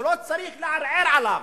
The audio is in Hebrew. שלא צריך לערער עליו.